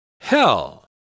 Hell